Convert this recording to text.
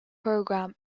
program